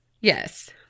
Yes